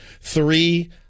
three